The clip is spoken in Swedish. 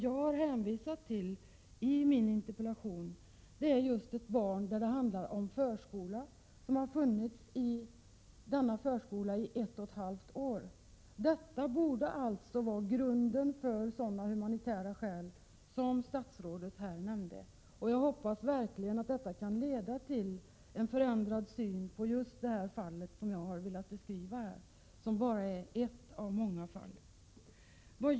Jag har i min interpellation hänvisat just till ett barn som har gått i förskola under ett och ett halvt år. Detta borde vara ett sådant humanitärt skäl som statsrådet här nämnt. Jag hoppas verkligen att detta kan leda till en förändrad syn just på det fall som jag här har beskrivit och som är bara ett av många.